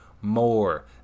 more